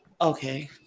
Okay